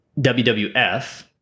WWF